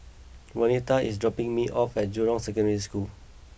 Vernetta is dropping me off at Jurong Secondary School